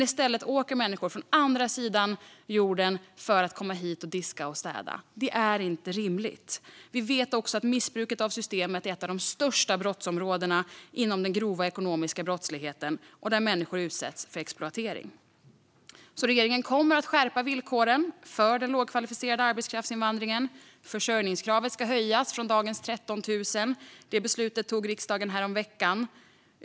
I stället åker människor från andra sidan jorden för att komma hit och diska och städa. Det är inte rimligt. Vi vet också att missbruket av systemet är ett av de största brottsområdena inom den grova ekonomiska brottsligheten, där människor utsätts för exploatering. Regeringen kommer därför att skärpa villkoren för den lågkvalificerade arbetskraftsinvandringen. Försörjningskravet ska höjas från dagens 13 000 kronor. Det beslutet tog riksdagen häromveckan.